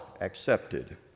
accepted